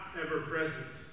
ever-present